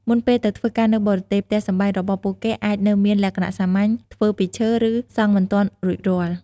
មុនពេលទៅធ្វើការនៅបរទេស ផ្ទះសម្បែងរបស់ពួកគេអាចនៅមានលក្ខណៈសាមញ្ញ ធ្វើពីឈើ ឬសង់មិនទាន់រួចរាល់។